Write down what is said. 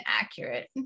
accurate